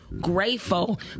grateful